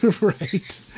Right